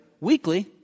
weekly